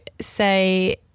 say